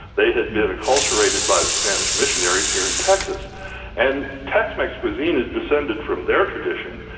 they had been acculturated by the spanish missionaries here in texas and tex-mex cuisine is descended from their tradition,